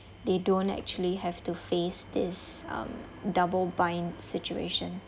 they don't actually have to face this um double bind situation